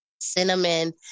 cinnamon